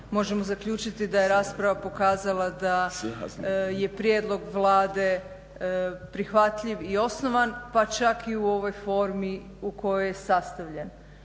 možemo zaključiti da je rasprava pokazala da je prijedlog Vlade prihvatljiv i osnovan pa čak i u ovoj formi u kojoj je sastavljen.